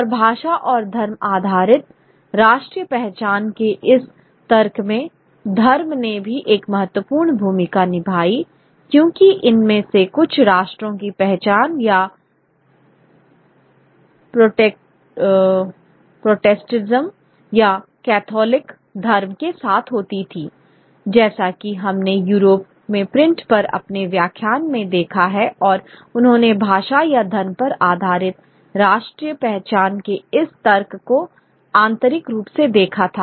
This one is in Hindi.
और भाषा और धर्म आधारित राष्ट्रीय पहचान के इस तर्क में धर्म ने भी एक महत्वपूर्ण भूमिका निभाई क्योंकि इनमें से कुछ राष्ट्रों की पहचान या तो प्रोटेस्टेंटिज़्म या कैथोलिक धर्म के साथ होती थी जैसा कि हमने यूरोप में प्रिंट पर अपने व्याख्यान में देखा है और उन्होंने भाषा या धर्म पर आधारित राष्ट्रीय पहचान के इस तर्क को आंतरिक रूप से देखा था